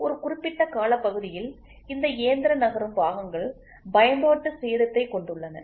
ஒரு குறிப்பிட்ட காலப்பகுதியில் இந்த இயந்திர நகரும் பாகங்கள் பயன்பாட்டு சேதத்தை கொண்டுள்ளன